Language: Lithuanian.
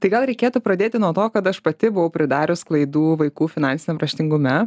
tai gal reikėtų pradėti nuo to kad aš pati buvau pridarius klaidų vaikų finansiniam raštingume